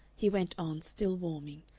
he went on, still warming.